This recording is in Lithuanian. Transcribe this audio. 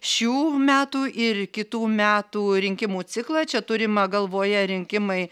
šių metų ir kitų metų rinkimų ciklą čia turima galvoje rinkimai